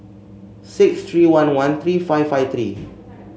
six three one one three five five three